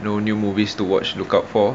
no new movies to watch look out for